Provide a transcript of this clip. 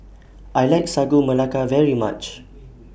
I like Sagu Melaka very much